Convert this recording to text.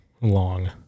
long